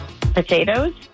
Potatoes